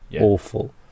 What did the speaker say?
awful